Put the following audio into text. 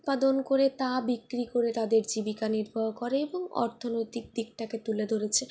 উৎপাদন করে তা বিক্রি করে তাদের জীবিকা নির্বাহ করে এবং অর্থনৈতিক দিকটাকে তুলে ধরেছে